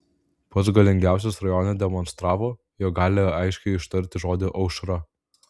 pats galingiausias rajone demonstravo jog gali aiškiai ištarti žodį aušra